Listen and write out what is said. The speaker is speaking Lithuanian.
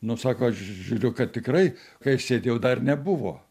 nu sako aš žiūriu kad tikrai kai sėdėjau dar nebuvo